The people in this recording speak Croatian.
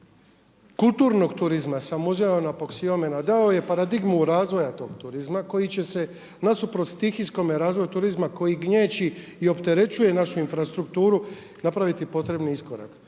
kulturnog turizma sam uzeo na Apoksiomena a dao je paradigmu razvoja tog turizma koji će se nasuprot stihijskome razvoju turizma koji gnječi i opterećuje našu infrastrukturu napraviti potrebni iskorak.